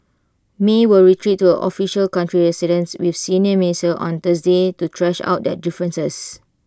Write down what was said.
may will retreat to her official country residence with senior ministers on Thursday to thrash out their differences